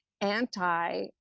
anti